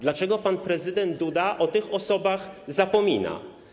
Dlaczego pan prezydent Duda o tych osobach zapomina?